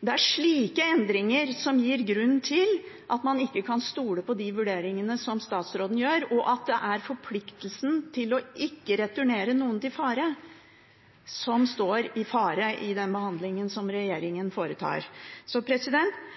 Det er slike endringer som gjør at man ikke kan stole på de vurderingene statsråden gjør, og at det er forpliktelsen til ikke å returnere noen til fare, som står i fare i den behandlingen regjeringen foretar.